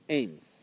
aims